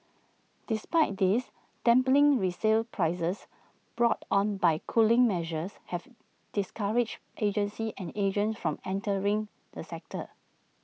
despite this dampening resale prices brought on by cooling measures have discouraged agencies and agents from entering the sector